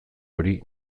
hori